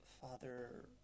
father